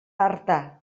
artà